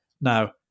Now